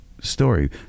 story